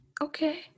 Okay